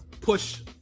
push